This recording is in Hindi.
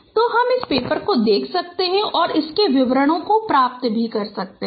तो हम इस पेपर को देख सकते हैं और विवरण प्राप्त कर सकते हैं